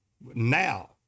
now